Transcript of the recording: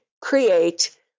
create